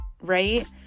right